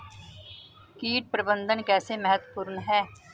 कीट प्रबंधन कैसे महत्वपूर्ण है?